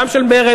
גם של מרצ,